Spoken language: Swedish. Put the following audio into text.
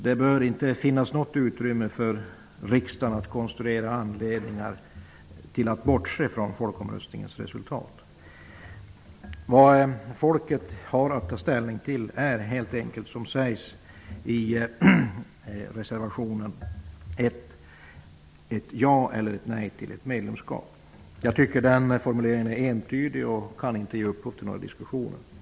Det bör inte finnas något utrymme för riksdagen att konstruera anledningar till att bortse från folkomröstningens resultat. Vad folket har att ta ställning till är helt enkelt, som sägs i reservation 1, ett ja eller ett nej till ett medlemskap. Den formuleringen är entydig och kan inte ge upphov till några diskussioner.